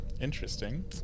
Interesting